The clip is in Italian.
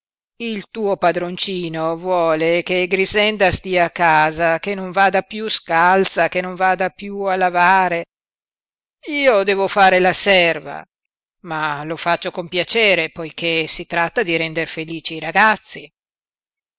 il tuo padroncino vuole che grixenda stia a casa che non vada piú scalza che non vada piú a lavare io devo fare la serva ma lo faccio con piacere poiché si tratta di render felici i ragazzi